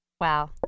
Wow